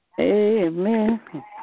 Amen